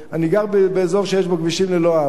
אני גר באזור שיש בו כבישים ללא אבא.